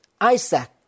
Isaac